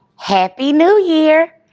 happy new year!